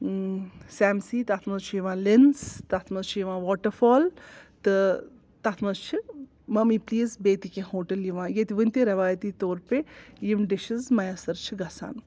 سیمسی تَتھ منٛز چھُ یِوان لِنِس تَتھ منٛز چھُ یِوان واٹَر فال تہٕ تَتھ منٛز چھِ ممی پُلیٖز بیٚیہِ تہِ کیٚنٛہہ ہوٹل یِوان ییٚتہِ وُنہِ تہِ روایتی طور پے یِم ڈِشٕز میسر چھِ گژھان